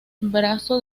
brazo